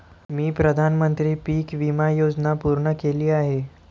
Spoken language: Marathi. मी प्रधानमंत्री पीक विमा योजना पूर्ण केली आहे